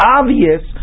obvious